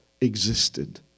existed